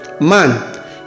Man